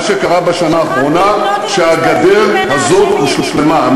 מה שקרה בשנה האחרונה הוא שהגדר הזאת הושלמה,